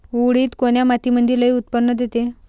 उडीद कोन्या मातीमंदी लई उत्पन्न देते?